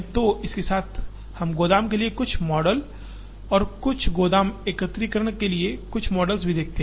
तो इसके साथ हम गोदाम के लिए कुछ मॉडल और गोदाम एकत्रीकरण के लिए कुछ मॉडल भी देखते हैं